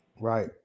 right